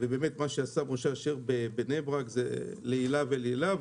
מה שעשה יעקב אשר בבני ברק זה לעילה ולעילה.